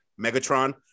Megatron